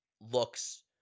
looks